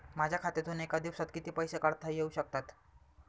माझ्या खात्यातून एका दिवसात किती पैसे काढता येऊ शकतात?